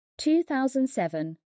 2007